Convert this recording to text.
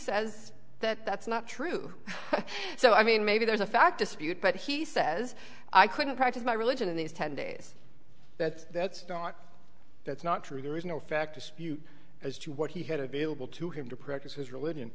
says that that's not true so i mean maybe there's a fact dispute but he says i couldn't practice my religion in these ten days that's that's not that's not true there is no fact dispute as to what he had available to him to practice his religion